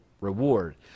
reward